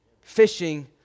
fishing